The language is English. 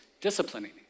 disciplining